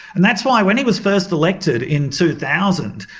and that's why when he was first elected in two thousand,